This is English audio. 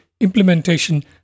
implementation